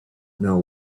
know